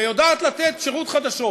ויודעת לתת שירות חדשות.